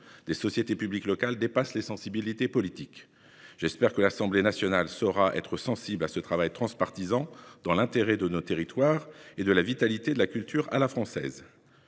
des sociétés publiques locales dépasse les sensibilités politiques. J'espère que l'Assemblée nationale sera sensible à ce travail transpartisan dans l'intérêt de nos territoires et pour la vitalité de la culture à la française.